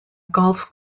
golf